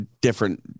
Different